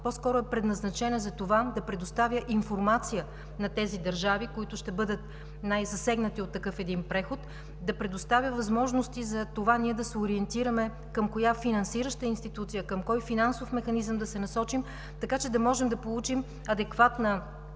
по-скоро е предназначена за това да предоставя информация на тези държави, които ще бъдат най-засегнати от такъв преход, да предоставя възможности за това ние да се ориентираме към коя финансираща институция, към кой финансов механизъм да се насочим, така че да можем да получим адекватна